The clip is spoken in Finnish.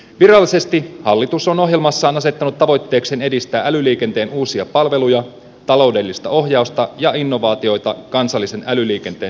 virallisesti hallitus on ohjelmassaan asettanut tavoitteekseen edistää älyliikenteen uusia palveluja taloudellista ohjausta ja innovaatioita kansallisen älyliikenteen strategian pohjalta